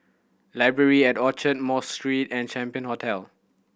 Library at Orchard Mosque Street and Champion Hotel